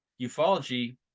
Ufology